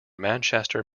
manchester